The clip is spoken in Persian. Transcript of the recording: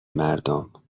مردم